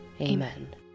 Amen